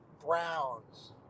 Browns